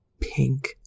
pink